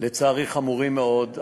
לצערי, חמורים מאוד.